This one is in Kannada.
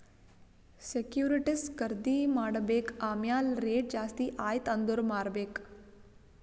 ಸೆಕ್ಯೂರಿಟಿಸ್ ಖರ್ದಿ ಮಾಡ್ಬೇಕ್ ಆಮ್ಯಾಲ್ ರೇಟ್ ಜಾಸ್ತಿ ಆಯ್ತ ಅಂದುರ್ ಮಾರ್ಬೆಕ್